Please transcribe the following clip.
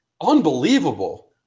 unbelievable